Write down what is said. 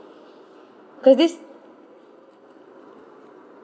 cause this